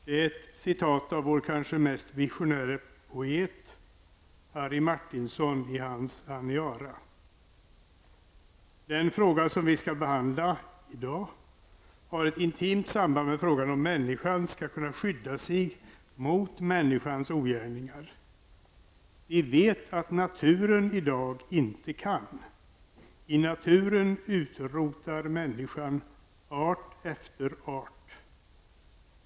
Detta är ett citat av vår kanske mest visionäre poet, Den fråga som vi skall behandla i dag har ett intimt samband med frågan om människan skall kunna skydda sig mot människans ogärningar. Vi vet att naturen i dag inte kan. I naturen utrotar människan art efter art.